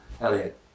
Elliot